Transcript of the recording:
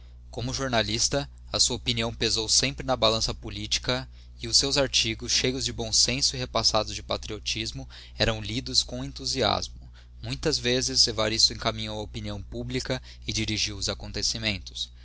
como jornalista a sua opinião pesou sempre na balança politica e os seus artigos cheios de bom senso e repassados de patriotismo eram lidos com enthusiasmo muitas vezes evaristo encaminhou a opinião pul lica e dingiu os acontecimentos